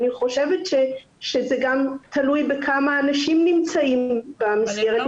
אני חושבת שזה גם תלוי בכמה אנשים נמצאים במסגרת.